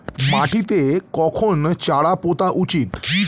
মাটিতে কখন চারা পোতা উচিৎ?